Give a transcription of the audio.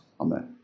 Amen